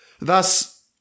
Thus